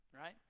right